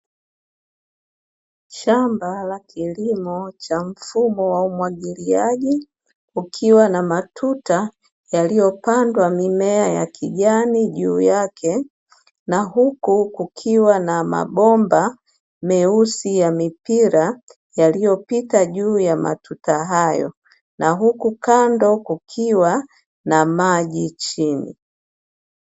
Shamba la kilimo cha mfumo wa umwagiliaji, ukiwa na matuta yaliyopandwa mimea ya kijani juu yake, na huku kukiwa na mabomba meusi ya mipira yaliyopita juu ya matuta hayo, na huku kando kukiwa na maji chini.